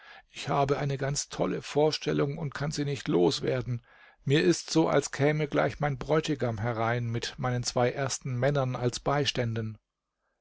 ich habe eine ganz tolle vorstellung und kann sie nicht los werden mir ist so als käme gleich mein bräutigam herein mit meinen zwei ersten männern als beiständen